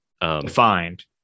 Defined